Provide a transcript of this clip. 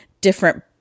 different